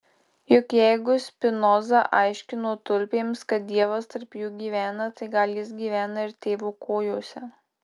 juk jeigu spinoza aiškino tulpėms kad dievas tarp jų gyvena tai gal jis gyvena ir tėvo kojose